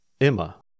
Emma